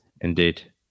indeed